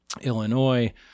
Illinois